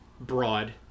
broad